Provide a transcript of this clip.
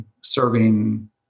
serving